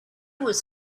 was